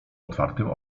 otwartym